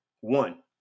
One